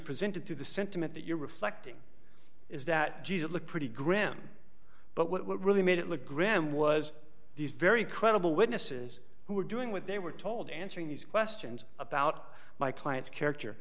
presented to the sentiment that you're reflecting is that jesus looked pretty grim but what really made it look grim was these very credible witnesses who were doing what they were told answering these questions about my client's character